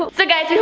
so guys, yeah